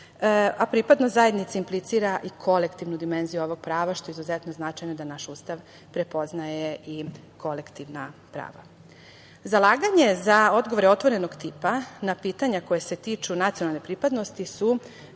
a pripadnost zajednici implicira i kolektivnu dimenziju ovog prava, što je izuzetno značajno da naš Ustav prepoznaje i kolektivna prava. Zalaganje za odgovore otvorenog tipa na pitanja koja se tiču nacionalne pripadnosti su,